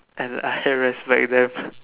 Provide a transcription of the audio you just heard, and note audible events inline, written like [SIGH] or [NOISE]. and I [BREATH] respect them